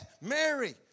Mary